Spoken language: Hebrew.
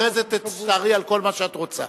ואחרי זה תצטערי על כל מה שאת רוצה.